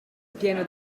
pieno